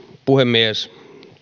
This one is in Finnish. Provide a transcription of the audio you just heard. puhemies